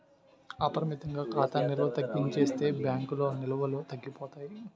అపరిమితంగా ఖాతా నిల్వ తగ్గించేస్తే బ్యాంకుల్లో నిల్వలు తగ్గిపోతాయి